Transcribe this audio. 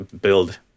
build